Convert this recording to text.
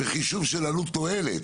בחישוב של עלות תועלת,